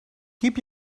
keep